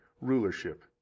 rulership